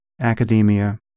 academia